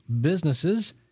businesses